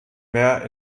mehr